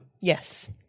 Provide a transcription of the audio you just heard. Yes